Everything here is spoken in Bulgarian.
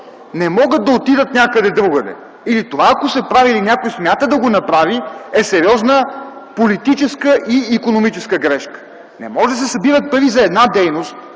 не могат да отидат някъде другаде. Ако това се прави и някой смята да го направи, е сериозна политическа и икономическа грешка. Не може да се събират пари за една дейност